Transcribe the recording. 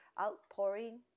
Outpouring